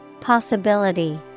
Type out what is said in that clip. Possibility